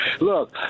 Look